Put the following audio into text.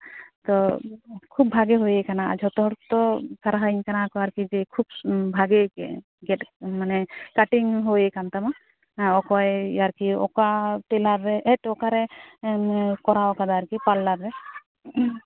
ᱛᱚ ᱠᱷᱩᱵ ᱵᱷᱟᱹᱜᱤ ᱦᱩᱭ ᱟᱠᱟᱱᱟ ᱟᱨ ᱡᱷᱚᱛᱚ ᱦᱚᱲ ᱠᱚ ᱥᱟᱨᱦᱟᱣᱤᱧ ᱠᱟᱱᱟ ᱠᱚ ᱡᱮ ᱠᱷᱩᱵ ᱵᱷᱟᱹᱜᱤ ᱜᱮ ᱜᱮᱫ ᱢᱟᱱᱮ ᱠᱟᱴᱤᱝ ᱦᱩᱭ ᱟᱠᱟᱱ ᱛᱟᱢᱟ ᱚᱠᱚᱭ ᱟᱨᱠᱤ ᱚᱠᱟ ᱴᱮᱞᱟᱨ ᱨᱮ ᱦᱮᱴ ᱚᱠᱟᱨᱮᱢ ᱠᱚᱨᱟᱣ ᱠᱟᱫᱟ ᱟᱨᱠᱤ ᱯᱟᱨᱞᱟᱨ ᱨᱮ